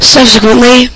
Subsequently